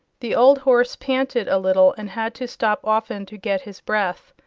the old horse panted a little, and had to stop often to get his breath.